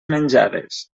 menjades